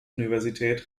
universität